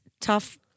tough